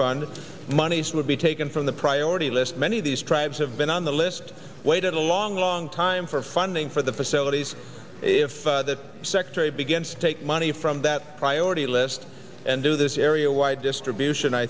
funds monies would be taken from the priority list many of these tribes have been on the list waited a long long time for funding for the facilities if the secretary begins to take money from that priority list and do this area wide distribution i